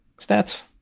Stats